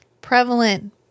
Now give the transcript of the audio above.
prevalent